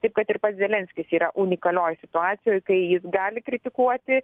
taip kad ir pats zelenskis yra unikalioj situacijoj kai jis gali kritikuoti